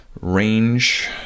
range